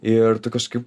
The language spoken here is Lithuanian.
ir kažkaip